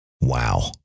Wow